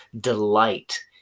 delight